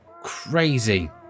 crazy